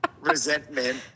resentment